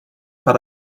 but